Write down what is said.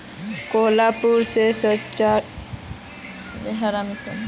कोहलापुर स चार ट्रक भोरे आम ओसील